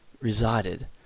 resided